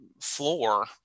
floor